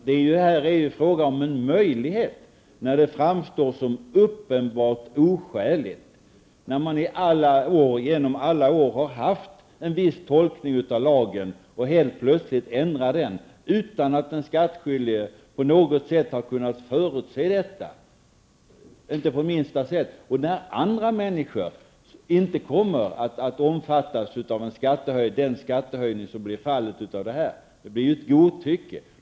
Det är fråga om en möjlighet när resultat annars framstår som uppenbart oskäligt, när man genom alla år har haft en viss tolkning av lagen och helt plötsligt ändrar den utan att den skattskyldige på minsta sätt har kunnat förutse det och när andra människor inte kommer att omfattas av den skattehöjning som blir resultatet. Då blir det fråga om ett godtycke.